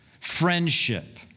friendship